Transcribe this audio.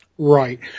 right